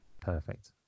Perfect